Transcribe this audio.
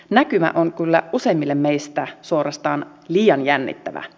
näkymä on kyllä useimmille meistä suorastaan liian jännittävä